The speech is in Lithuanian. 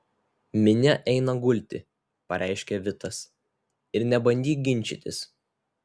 minia eina gulti pareiškė vitas ir nebandyk ginčytis